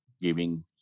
giving